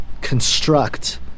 construct